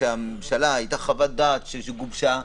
עת לממשלה הייתה חוות דעת שגובשה,